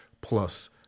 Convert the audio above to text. plus